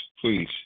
please